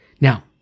Now